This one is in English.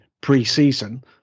pre-season